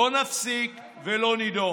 לא נפסיק ולא נידום.